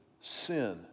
sin